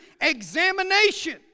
examination